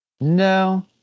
No